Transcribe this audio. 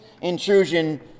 intrusion